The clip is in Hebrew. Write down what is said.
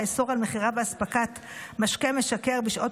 שהאיסור על מכירה ואספקת משקה משכר בשעות